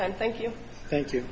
time thank you thank you